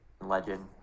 legend